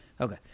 Okay